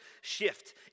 shift